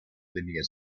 linear